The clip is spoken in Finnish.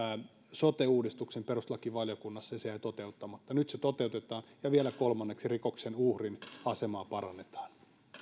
sote uudistuksen perustuslakivaliokunnassa ja se jäi toteuttamatta nyt se toteutetaan ja vielä kolmanneksi rikoksen uhrin asemaa parannetaan